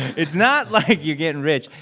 it's not like you're getting rich.